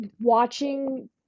Watching